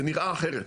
זה נראה אחרת.